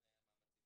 אחרי מאמצים רבים.